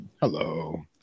hello